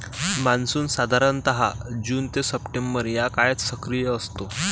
monsoon साधारणतः June ते September या काळात सक्रिय असतो